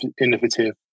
innovative